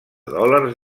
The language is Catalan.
dòlars